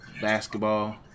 basketball